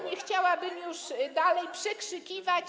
Nie chciałabym już dalej się przekrzykiwać.